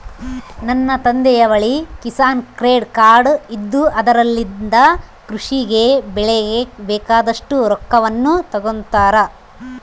ನನ್ನ ತಂದೆಯ ಬಳಿ ಕಿಸಾನ್ ಕ್ರೆಡ್ ಕಾರ್ಡ್ ಇದ್ದು ಅದರಲಿಂದ ಕೃಷಿ ಗೆ ಬೆಳೆಗೆ ಬೇಕಾದಷ್ಟು ರೊಕ್ಕವನ್ನು ತಗೊಂತಾರ